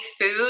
food